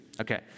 Okay